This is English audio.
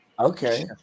Okay